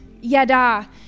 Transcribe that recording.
yada